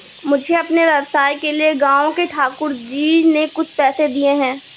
मुझे अपने व्यवसाय के लिए गांव के ठाकुर जी ने कुछ पैसे दिए हैं